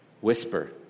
whisper